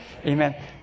Amen